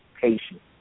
patient